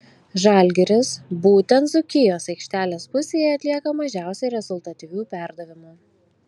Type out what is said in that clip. žalgiris būtent dzūkijos aikštelės pusėje atlieka mažiausiai rezultatyvių perdavimų